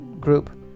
group